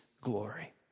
glory